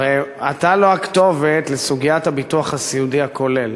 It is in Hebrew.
הרי אתה לא הכתובת לסוגיית הביטוח הסיעודי הכולל,